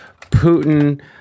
Putin